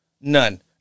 None